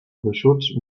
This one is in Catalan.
gruixuts